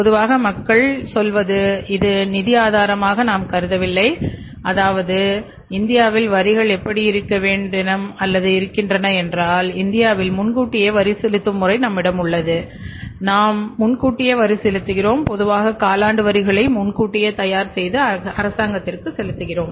பொதுவாக மக்கள் சொல்வது இது நிதி ஆதாரமாக நாம் கருதுவதில்லை அதாவது இந்தியாவில் வரிகள் எப்படி இருக்கேன் இருக்கின்றன என்றால் இந்தியாவில் முன்கூட்டியே வரி செலுத்தும் முறை நம்மிடம் உள்ளது நாம் முன்கூட்டியே வரி செலுத்துகிறோம் பொதுவாக காலாண்டு வரிகளை முன்கூட்டியே தயார் செய்துஅரசாங்கத்திற்கு செலுத்துகிறோம்